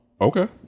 Okay